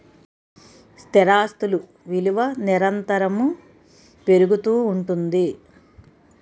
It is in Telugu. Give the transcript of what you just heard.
స్థిరాస్తులు విలువ నిరంతరము పెరుగుతూ ఉంటుంది